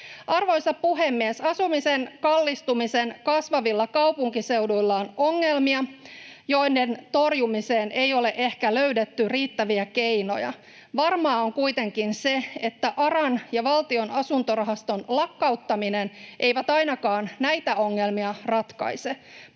Arvoisa puhemies! Asumisen kallistumisessa kasvavilla kaupunkiseuduilla on ongelmia, joiden torjumiseen ei ole ehkä löydetty riittäviä keinoja. Varmaa on kuitenkin se, että ARAn ja Valtion asuntorahaston lakkauttaminen ei ainakaan näitä ongelmia ratkaise.